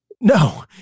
No